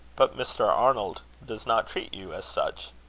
but mr. arnold does not treat you as such.